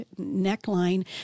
neckline